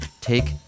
take